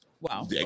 Wow